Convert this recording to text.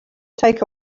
take